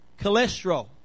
cholesterol